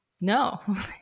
no